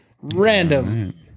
Random